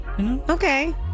Okay